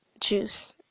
Juice